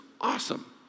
awesome